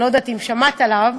אני לא יודעת אם שמעת עליו.